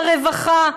ברווחה,